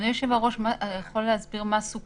ביום כזה אני חושב לעצמי כל הזמן מה היה קורה אם